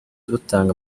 dutanga